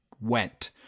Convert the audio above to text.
went